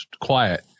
quiet